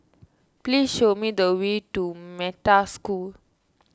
please show me the way to Metta School